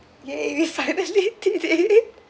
!yay! we finally did it